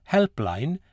Helpline